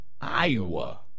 Iowa